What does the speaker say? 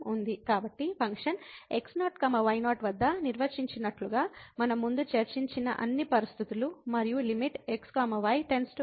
కాబట్టి function x0 y0 వద్ద నిర్వచించినట్లుగా మనం ముందు చర్చించిన అన్ని పరిస్థితులు మరియు limit x y → x0 y0 fxy ఉనికిలో ఉంది